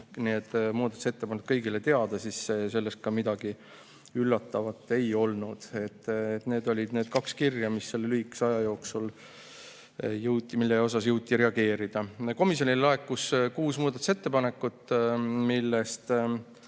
need muudatusettepanekud kõigile teada, siis selles ka midagi üllatavat ei olnud. Need olid need kaks kirja, mis selle lühikese aja jooksul jõuti saata, jõuti reageerida. Komisjonile laekus kuus muudatusettepanekut, millest